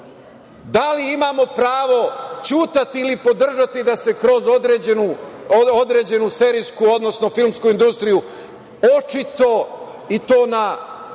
li imamo pravo ćutati ili podržati da se kroz određenu serijsku, odnosno, filmsku industriju, očito i to na